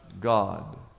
god